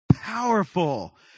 powerful